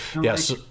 yes